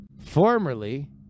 formerly